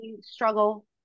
struggle